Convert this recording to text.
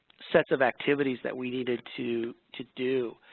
sets of activities that we needed to to do.